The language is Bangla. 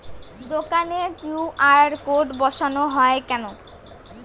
দোকানে কিউ.আর কোড বসানো হয় কেন?